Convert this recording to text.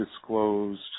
disclosed